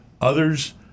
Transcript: others